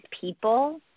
people